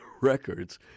records